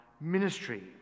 ministry